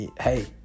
Hey